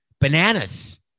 bananas